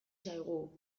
zaigu